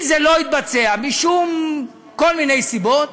אם זה לא יתבצע מכל מיני סיבות,